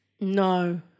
No